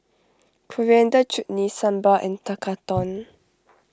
Coriander Chutney Sambar and Tekkadon